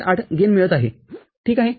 ८ गेनमिळत आहेठीक आहे